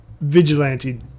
vigilante